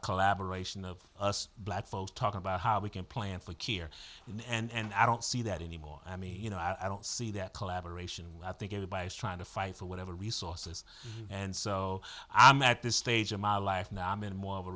a collaboration of us black folks talk about how we can plan for care and i don't see that anymore i mean you know i don't see that collaboration i think everybody is trying to fight for whatever resources and so i'm at this stage of my life now i'm in more of a